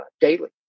daily